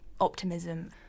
optimism